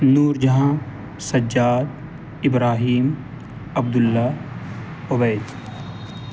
Noor Jahan Sajjad Ibrahim Abdullah Ubaid